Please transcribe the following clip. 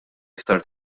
iktar